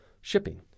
Shipping